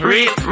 Real